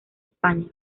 españa